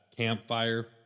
campfire